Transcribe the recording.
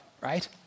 right